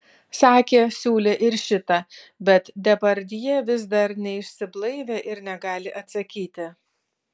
sakė siūlė ir šitą bet depardjė vis dar neišsiblaivė ir negali atsakyti